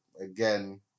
again